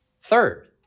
Third